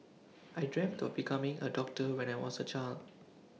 I dreamt of becoming A doctor when I was A child